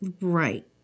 Right